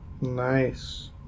Nice